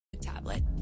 tablet